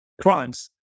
crimes